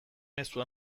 mezu